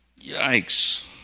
Yikes